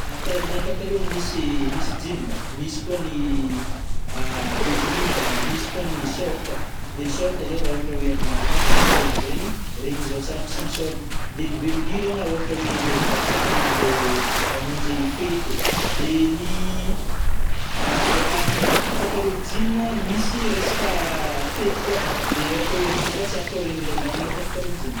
Karazagna patalon-gno, misy misy jean a, misy koa gny a velondriragna, misy koa ny short, de ny short zao rah ôhatra oe amin'ny andro mafana na am plage regny, regny zao tsara ampiasagna short, de ny velondriragna ôhatra oe andeh ivavaka na ndeh amonjy fety de ny av-a patalô jean misy resaka fety koa de ôhatra oe andro mangatsiako kô regny ilàgna magnatô patalô jean.